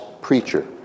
preacher